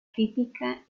crítica